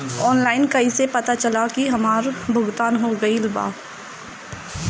Online कईसे पता चली की हमार भुगतान हो गईल बा?